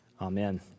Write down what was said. Amen